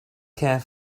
care